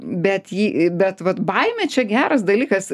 bet jį bet vat baimė čia geras dalykas